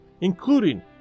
including